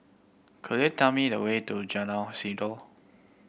could you tell me the way to Jalan Sindor